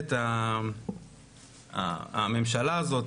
הממשלה הזאת,